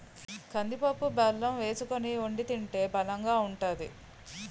కందిపప్పు బెల్లం వేసుకొని వొండి తింటే బలంగా ఉంతాది